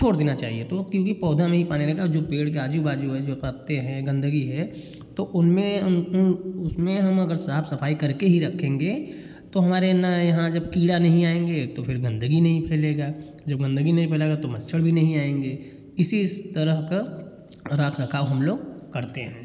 छोड़ देना चाहिए तो क्योंकि पौधा में ही पानी जो पेड़ के आजू बाजू है जो पत्ते हैं गंदगी है तो उनमें उसमें हम अगर साफ सफाई करके ही रखेंगे तो हमारे ना यहाँ जब कीड़ा नहीं आएँगे तो फिर गंदगी नहीं फैलेगा जब गंदगी नहीं फैलेगा तो मच्छर भी नहीं आएँगे इसी तरह का रखरखाव हम लोग करते हैं